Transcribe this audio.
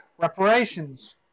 Reparations